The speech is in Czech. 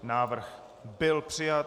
Návrh byl přijat.